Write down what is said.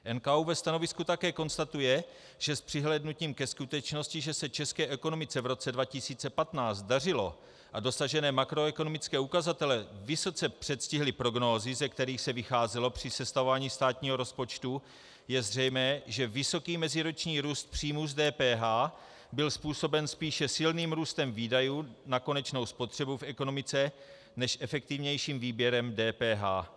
NKÚ ve stanovisku také konstatuje, že s přihlédnutím ke skutečnosti, že se české ekonomice v roce 2015 dařilo a dosažené makroekonomické ukazatele vysoce předstihly prognózy, ze kterých se vycházelo při sestavování státního rozpočtu, je zřejmé, že vysoký meziroční růst příjmů z DPH byl způsoben spíše silným růstem výdajů na konečnou spotřebu v ekonomice než efektivnějším výběrem DPH.